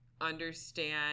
understand